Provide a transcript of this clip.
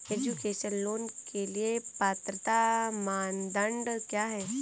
Education loan के लिए पात्रता मानदंड क्या है?